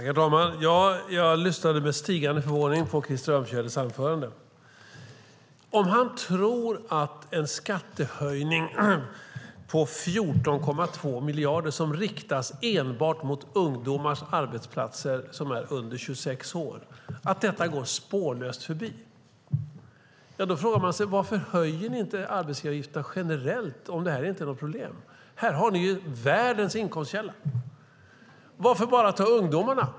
Herr talman! Jag lyssnade med stigande förvåning på Krister Örnfjäders anförande. Om han tror att en skattehöjning på 14,2 miljarder som riktas enbart mot arbetsplatser för ungdomar under 26 år går spårlöst förbi frågar man sig: Varför höjer ni inte arbetsgivaravgifterna generellt om det inte är något problem? Här har ni världens inkomstkälla. Varför bara ta ungdomarna?